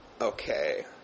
Okay